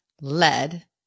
lead